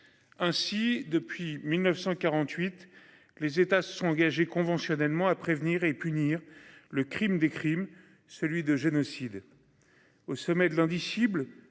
Ainsi depuis 1948 les États se sont engagés conventionnellement à prévenir et punir le Crime des crimes, celui de génocide. Au sommet de l'indicible